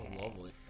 lovely